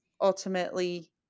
ultimately